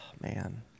man